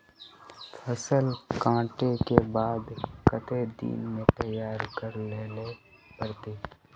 फसल कांटे के बाद कते दिन में तैयारी कर लेले पड़ते?